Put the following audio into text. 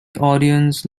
audience